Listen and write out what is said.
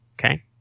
Okay